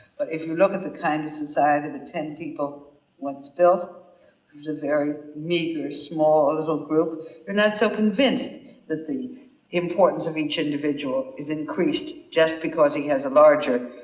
but if you look at the kind of society that ten people once built as a very meager, small little group you're not so convinced that the importance of each individual is increased just because he has a larger.